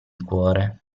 cuore